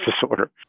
disorder